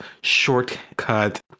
shortcut